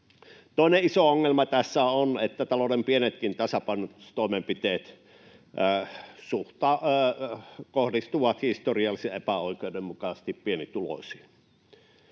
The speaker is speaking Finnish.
Toinen iso ongelma tässä on, että talouden pienetkin tasapainotustoimenpiteet kohdistuvat historiallisen epäoikeudenmukaisesti pienituloisiin.